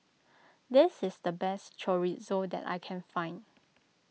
this is the best Chorizo that I can find